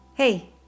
Hey